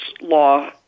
law